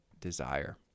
desire